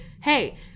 hey